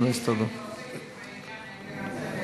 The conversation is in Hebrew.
אני עוסקת בעניין,